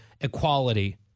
equality